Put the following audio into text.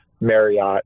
Marriott